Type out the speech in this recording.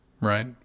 Right